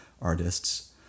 artists